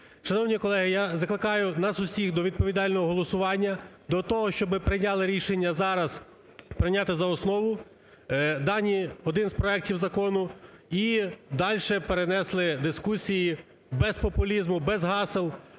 Шановні колеги, я закликаю нас усіх до відповідального голосування, до того, щоб прийняли рішення зараз, прийняти за основу, дані, один з проектів закону. І далі перенесли дискусії, без популізму, без гасел,